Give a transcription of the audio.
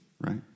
right